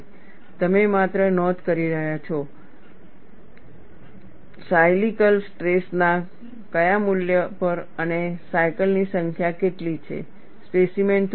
તમે માત્ર નોંધ કરી રહ્યા છો સાયલિકલ સ્ટ્રેસ ના કયા મૂલ્ય પર અને સાયકલની સંખ્યા કેટલી છે સ્પેસીમેન તૂટી જાય છે